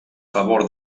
favor